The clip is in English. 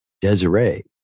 Desiree